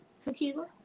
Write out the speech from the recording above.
Tequila